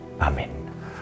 Amen